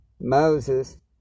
Moses